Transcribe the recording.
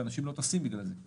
ואנשים לא טסים בגלל זה וחבל.